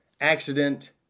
accident